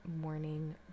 morning